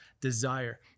desire